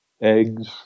eggs